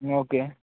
okay